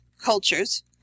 cultures